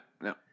No